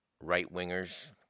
right-wingers